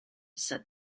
said